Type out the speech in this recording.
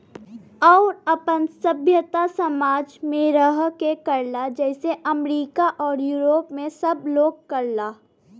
आउर आपन सभ्यता समाज मे रह के करला जइसे अमरीका आउर यूरोप मे सब लोग करला